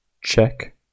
check